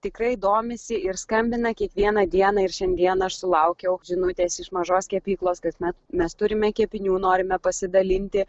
tikrai domisi ir skambina kiekvieną dieną ir šiandien aš sulaukiau žinutės iš mažos kepyklos kad mes mes turime kepinių norime pasidalinti